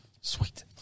Sweet